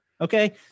Okay